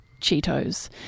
Cheetos